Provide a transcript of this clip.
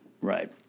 Right